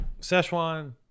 Szechuan